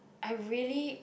I really